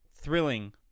Thrilling